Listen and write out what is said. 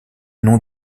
nom